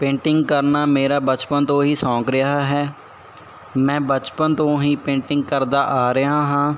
painting ਕਰਨਾ ਮੇਰਾ ਬਚਪਨ ਤੋਂ ਹੀ ਸ਼ੌਕ ਰਿਹਾ ਹੈ ਮੈਂ ਬਚਪਨ ਤੋਂ ਹੀ ਪੇਂਟਿੰਗ ਕਰਦਾ ਆ ਰਿਹਾ ਹਾਂ